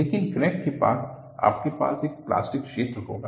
लेकिन क्रैक के पास आपके पास एक प्लास्टिक क्षेत्र होगा